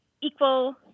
equal